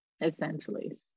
essentially